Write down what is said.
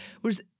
whereas